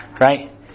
Right